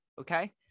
okay